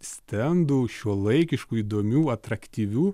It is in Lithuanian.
stendų šiuolaikiškų įdomių atraktyvių